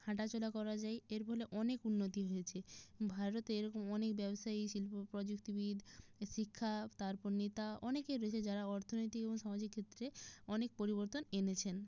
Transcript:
হাঁটাচলা করা যায় এর ফলে অনেক উন্নতি হয়েছে ভারতে এরকম অনেক ব্যবসায়ী শিল্প প্রযুক্তিবিদ শিক্ষা তারপর নেতা অনেকে রয়েছে যারা অর্থনৈতিক এবং সামাজিক ক্ষেত্রে অনেক পরিবর্তন এনেছেন